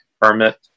permit